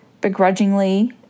begrudgingly